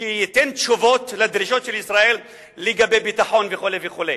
שייתן תשובות לדרישות של ישראל לגבי ביטחון וכו'.